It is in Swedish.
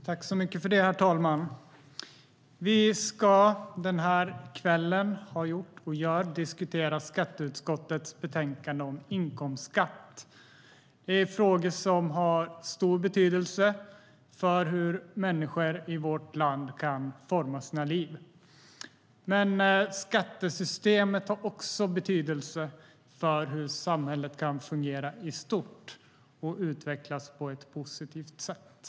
Herr talman! Den här kvällen debatterar vi skatteutskottets betänkande om inkomstskatt. Det är frågor som inte bara har stor betydelse för hur människor i vårt land kan forma sina liv, utan skattesystemet har betydelse även för hur samhället kan fungera i stort och utvecklas på ett positivt sätt.